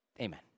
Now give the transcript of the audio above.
Amen